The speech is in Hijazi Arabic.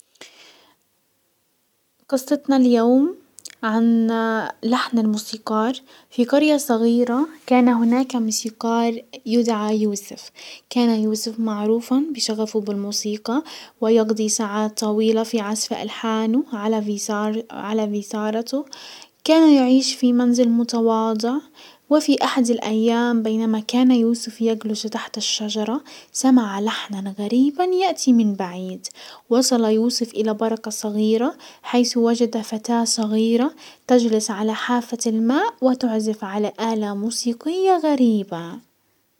قصتنا اليوم عن لحن الموسيقار في قرية صغيرة كان هناك موسيقار يدعى يوسف. كان يوسف معروفا بشغفه بالموسيقى ويقضي ساعات طويلة في عزف الحانه على فيسار- على فيسارته. كان يعيش في منزل متواضع، وفي احد الايام بينما كان يوسف يجلس تحت الشجرة، سمع لحنا غريبا يأتي من بعيد. وصل يوسف الى بركة صغيرة حيس وجد فتاة صغيرة تجلس على حافة الماء وتعزف على الة موسيقية غريبة.